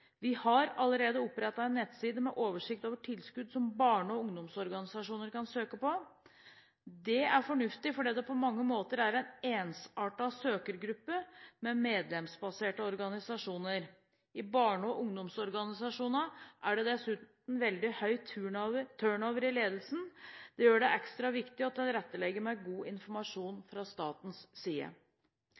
Vi har allerede opprettet en nettside med oversikt over tilskudd som barne- og ungdomsorganisasjoner kan søke på. Det er fornuftig fordi det på mange måter er en ensartet søkergruppe med medlemsbaserte organisasjoner. I barne- og ungdomsorganisasjonene er det dessuten veldig høy turnover i ledelsen. Det gjør det ekstra viktig å tilrettelegge med god informasjon fra statens side.